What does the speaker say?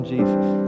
Jesus